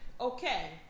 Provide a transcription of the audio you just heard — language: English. okay